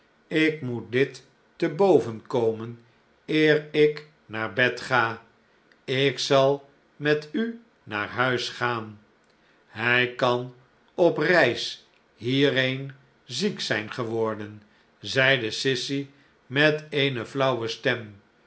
ik nioet dit te boven komen eer ik naar bed ga ik zal met u naar huis gaan hij kan op reis hierheen ziek zijn geworden zeide sissy met eene flauwe stem